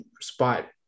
spot